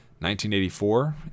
1984